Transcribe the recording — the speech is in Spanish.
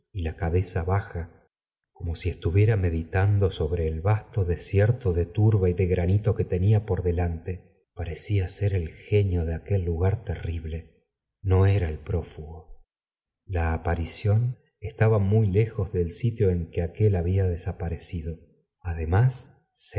y la cabeza baja como si estuviera me d j ando sobre í el vasto desierto de turba y de graque tenía por delante parecía ser el genio a quel lugar temblé no era el prófugo la aparición estaba muy lejos del sitio en que aquél hab a desaparecido además